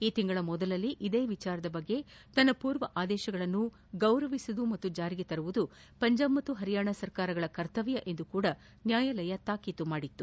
ಈ ತಿಂಗಳ ಮೊದಲಲ್ಲಿ ಇದೇ ವಿಚಾರದ ಬಗ್ಗೆ ತನ್ನ ಪೂರ್ವ ಆದೇಶಗಳನ್ನು ಗೌರವಿಸುವುದು ಮತ್ತು ಜಾರಿಗೆ ತರುವುದು ಪಂಜಾಜ್ ಮತ್ತು ಪರಿಯಾಣ ಸರ್ಕಾರಗಳ ಕರ್ತವ್ವವೆಂದು ಸಹ ನ್ನಾಯಾಲಯ ತಾಕೀತು ಮಾಡಿತು